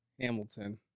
Hamilton